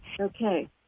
Okay